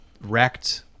wrecked